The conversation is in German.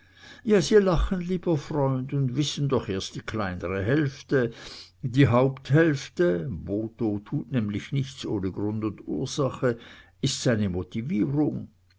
ja sie lachen lieber freund und wissen doch erst die kleinere hälfte die haupthälfte botho tut nämlich nichts ohne grund und ursache ist seine motivierung